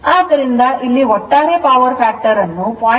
ಆದ್ದರಿಂದ ಇಲ್ಲಿ ಒಟ್ಟಾರೆ ಪವರ್ ಫ್ಯಾಕ್ಟರ್ ಅನ್ನು 0